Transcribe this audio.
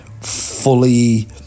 fully